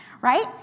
right